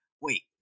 wait